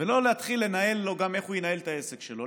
ולא להתחיל לנהל לו איך הוא ינהל את העסק שלו,